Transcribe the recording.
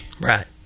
Right